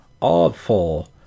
awful